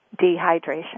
Dehydration